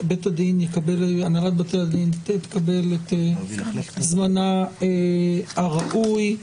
והנהלת בתי הדין תקבל את זמנה הראוי.